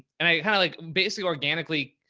and i kinda like basically organically,